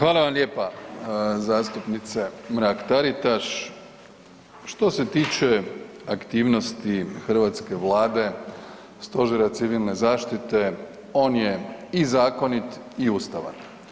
Hvala vam lijepa zastupnice Mrak Taritaš, što se tiče aktivnosti hrvatske Vlade, Stožera Civilne zaštite on je i zakonit i ustavan.